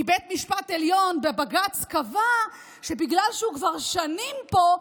כי בית המשפט העליון ובג"ץ קבע שבגלל שהוא כבר שנים פה,